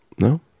No